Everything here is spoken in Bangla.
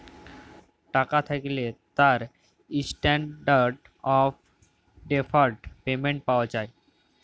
টাকা থ্যাকলে তার ইসট্যানডারড অফ ডেফারড পেমেন্ট পাওয়া যায়